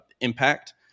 impact